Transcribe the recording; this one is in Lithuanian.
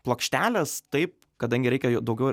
plokštelės taip kadangi reikia daugiau